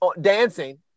Dancing